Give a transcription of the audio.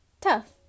Tough